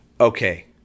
Okay